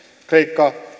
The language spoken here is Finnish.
kreikka